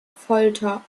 folter